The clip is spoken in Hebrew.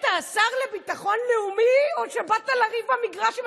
אתה השר לביטחון לאומי או שבאת לריב במגרש?